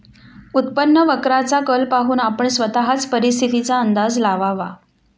उत्पन्न वक्राचा कल पाहून आपण स्वतःच परिस्थितीचा अंदाज लावावा